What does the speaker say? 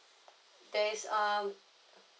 there is um